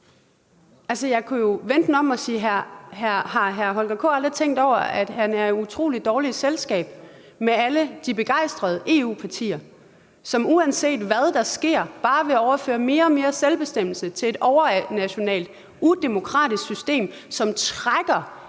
jeg kunne jo vende den om og spørge: Har hr. Holger K. Nielsen aldrig tænkt over, at han er i utrolig dårligt selskab med alle de begejstrede EU-partier, som, uanset hvad der sker, bare vil overføre mere og mere selvbestemmelse til et overnationalt udemokratisk system, som trækker